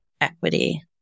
equity